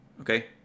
okay